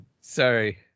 Sorry